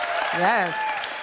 Yes